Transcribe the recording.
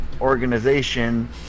organization